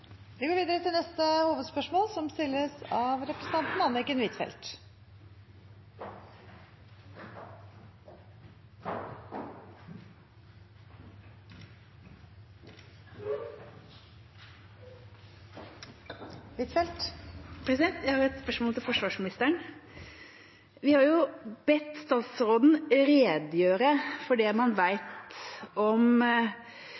Vi går videre til neste hovedspørsmål. Jeg har et spørsmål til forsvarsministeren. Vi har bedt statsråden redegjøre for det man